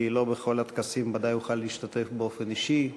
כי לא בכל הטקסים ודאי אוכל להשתתף באופן אישי.